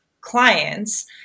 clients